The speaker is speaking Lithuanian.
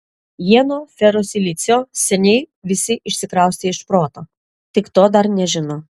jie nuo ferosilicio seniai visi išsikraustė iš proto tik to dar nežino